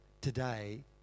today